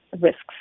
risks